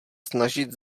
snažit